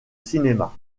cinéma